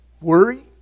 worry